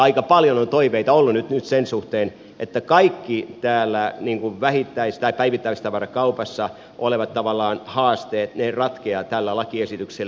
aika paljon on toiveita ollut nyt sen suhteen että kaikki vähittäis tai päivittäistavarakaupassa olevat haasteet ratkeavat tällä lakiesityksellä